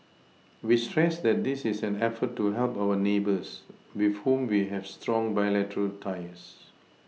we stress that this is an effort to help our neighbours with whom we have strong bilateral ties